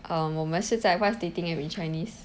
um 我们是在 what's dating app in chinese